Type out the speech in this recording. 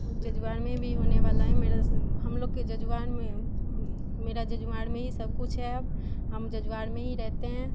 जजुआर में भी होने वाला है मेरा हम लोग के जजुआर में मेरा जजुआर में ही सब कुछ है अब हम जजुआर में ही रहते हैं